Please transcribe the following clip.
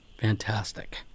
Fantastic